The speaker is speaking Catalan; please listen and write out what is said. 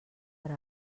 per